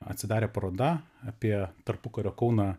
atsidarė paroda apie tarpukario kauną